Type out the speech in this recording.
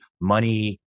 money